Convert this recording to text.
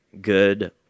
good